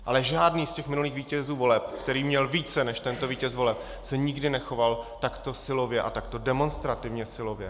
Ale žádný z těch minulých vítězů voleb, který měl více než tento vítěz voleb, se nikdy nechoval takto silově a takto demonstrativně silově.